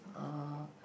uh